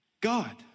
God